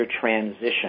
transition